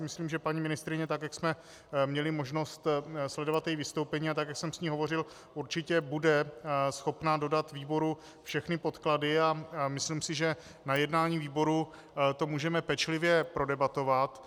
Myslím, že paní ministryně, jak jsme měli možnost sledovat její vystoupení a jak jsem s ní hovořil, určitě bude schopna dodat výboru všechny podklady, a myslím, že na jednání výboru to můžeme pečlivě prodebatovat.